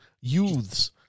Youths